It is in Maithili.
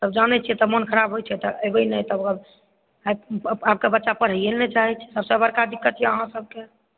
सब जानै छिऐ तऽ मन खराब होइ छै तऽ आब के बच्चा पढ़ैए लए नहि चाहै छै सबसँ बड़का दिक्कत यऽ अहाँ सभकेँ